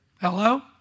Hello